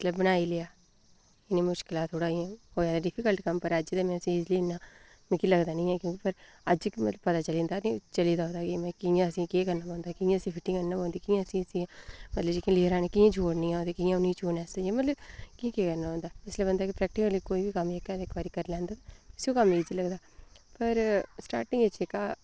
मतलब बनाई लेआ किन्नी मुश्कलां थोह्ड़ा इ'यां पर एह् ते डिफीकल्ट कम्म पर अज्ज ते में इस्सी इन्ना मिगी लगदा निं ऐ क्योंकी अज्ज पता चली जंदा कि एह्दा ओह्दा में कि'यां इस्सी केह् करना पौंदा कि'यां इस्सी फिटिंग आह्ननी पौंदी केह् इस्सी जेह्की लेअरां ऐ उ'नें ई कि'यां जोड़ना केह् आकदे कि'यां उ'नें ई जोड़ना अहें मतलब केह् केह् करना होंदा प्रैक्टीकली कोई बी कम्म जेह्का ऐ ते इक बारी करी लैंदे इस्सी ओह् कम्म इस्सी लगदा पर स्टाटिंग च जेह्का